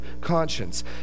conscience